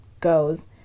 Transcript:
goes